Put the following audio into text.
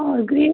और ग्रेप